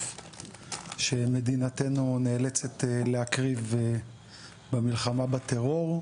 שמדינתנו נאלצת להקריב במלחמה בטרור,